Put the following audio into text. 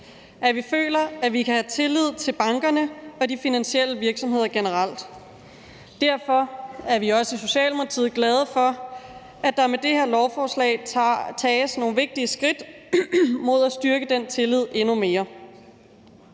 at vi føler, at vi kan have tillid til bankerne og de finansielle virksomheder generelt. Derfor er vi også i Socialdemokratiet glade for, at der med det her lovforslag tages nogle vigtige skridt mod at styrke den tillid endnu mere.